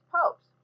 popes